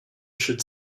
should